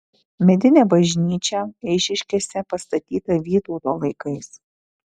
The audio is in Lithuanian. medinė bažnyčia eišiškėse pastatyta vytauto laikais